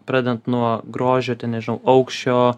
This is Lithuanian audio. pradedant nuo grožio ten nežinau aukščio